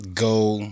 go